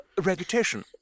reputation